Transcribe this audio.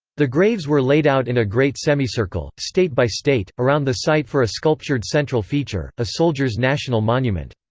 the graves were laid out in a great semicircle, state by state, around the site for a sculptured central feature, a soldier's national monument.